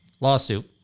lawsuit